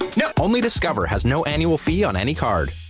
no only discover has no annual fee on any card.